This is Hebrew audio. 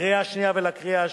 לקריאה שנייה וקריאה שלישית.